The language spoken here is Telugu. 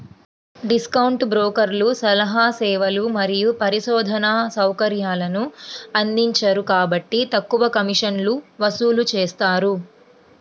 డిస్కౌంట్ బ్రోకర్లు సలహా సేవలు మరియు పరిశోధనా సౌకర్యాలను అందించరు కాబట్టి తక్కువ కమిషన్లను వసూలు చేస్తారు